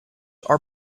are